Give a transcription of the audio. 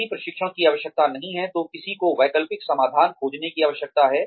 यदि प्रशिक्षण की आवश्यकता नहीं है तो किसी को वैकल्पिक समाधान खोजने की आवश्यकता है